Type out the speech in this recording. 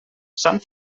sant